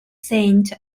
saint